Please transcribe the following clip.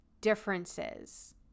differences